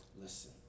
Listen